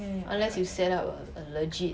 unless you set up a legit